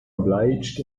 obliged